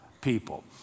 people